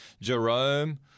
Jerome